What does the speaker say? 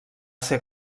ser